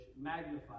magnified